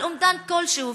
על אומדן כלשהו.